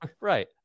Right